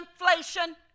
inflation